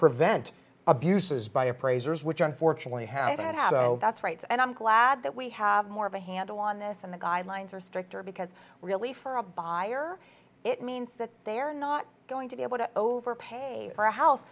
so that's rights and i'm glad that we have more of a handle on this and the guidelines are stricter because really for a buyer it means that they are not going to be able to overpay for a house